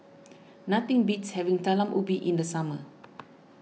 nothing beats having Talam Ubi in the summer